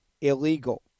illegal